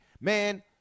Man